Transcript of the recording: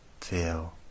feel